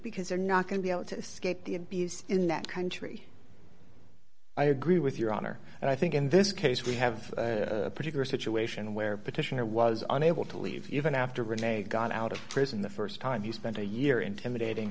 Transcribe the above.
because they're not going to be able to escape the abuse in that country i agree with your honor and i think in this case we have a particular situation where petitioner was unable to leave even after renee got out of prison the st time he spent a year intimidating